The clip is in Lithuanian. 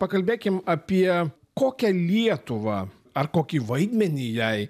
pakalbėkim apie kokią lietuvą ar kokį vaidmenį jai